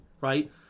right